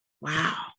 Wow